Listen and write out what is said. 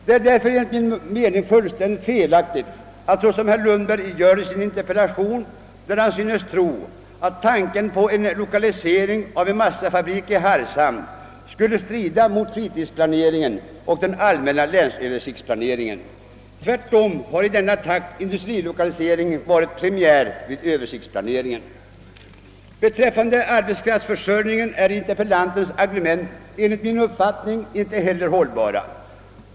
Det är därför fullständigt felaktigt att — såsom interpellanten synes tro — lokaliseringen av en massafabrik till Hargshamn skulle strida mot fritidsplaneringen och den allmänna länsöversiktsplaneringen. Tvärtom har i denna trakt industrilokaliseringen varit det primära vid all översiktsplanering. Då det gäller arbetskraftsförsörjningen är interpellantens argument enligt min uppfattning inte heller hållbara.